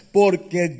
porque